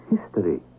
History